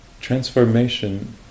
transformation